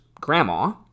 grandma